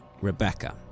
Rebecca